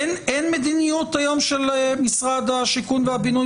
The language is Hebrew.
אין מדיניות היום של משרד השיכון והבינוי